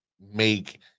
make